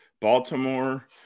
Baltimore